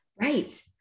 Right